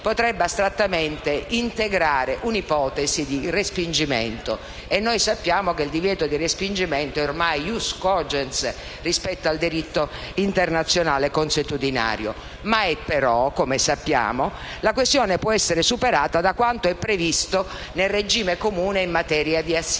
potrebbe astrattamente integrare un'ipotesi di respingimento, e sappiamo che il divieto di respingimento è ormai *ius cogens* rispetto al diritto internazionale consuetudinario. Ma, come sappiamo, la questione può essere superata da quanto è previsto nel regime comune in materia di asilo